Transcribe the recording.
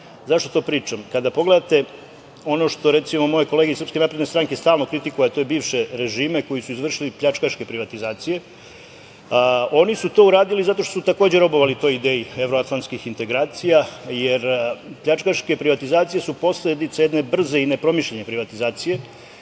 Zašto to pričam? Kada pogledate ono što, recimo, moje kolege iz SNS stalno kritikuju – bivše režime koji su izvršili pljačkaške privatizacije, oni su to uradili zato što su takođe robovali toj ideji evroatlantskih integracija, jer pljačkaške privatizacije su posledica jedne brze i nepromišljene privatizacije